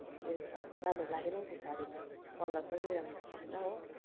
अनि त्यो राम्रो लागेन हो त्यो साडी त कलर पनि राम्रो भएन हो